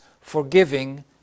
forgiving